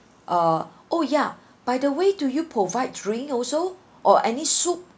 uh oh ya by the way do you provide drink also or any soup